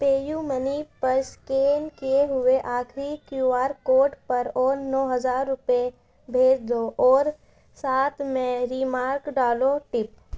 پے U money پر scan کیے ہوئے آخری کیو آر کوڈ پر اور نو ہزار روپئے بھیج دو اور ساتھ میں ریمارک ڈالو ٹپ